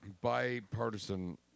bipartisan